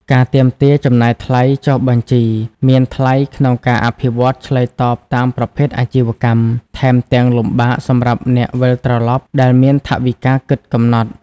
ការទាមទារចំណាយថ្លៃចុះបញ្ជីមានថ្លៃក្នុងការអភិវឌ្ឍន៍ឆ្លើយតបតាមប្រភេទអាជីវកម្ម ថែមទាំងលំបាកសម្រាប់អ្នកវិលត្រឡប់ដែលមានថវិកាគិតកំណត់។